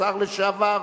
השר לשעבר,